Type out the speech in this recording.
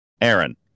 Aaron